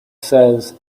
says